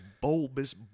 bulbous